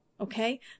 okay